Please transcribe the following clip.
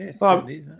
yes